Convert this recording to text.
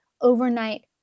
overnight